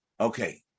Okay